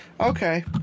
Okay